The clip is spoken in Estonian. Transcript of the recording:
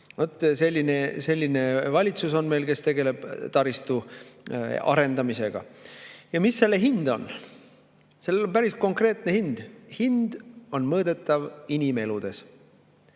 Selline valitsus on meil, kes tegeleb taristu arendamisega. Mis selle hind on? Sellel on päris konkreetne hind. See hind on mõõdetav inimeludes.